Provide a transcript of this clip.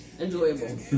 Enjoyable